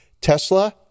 Tesla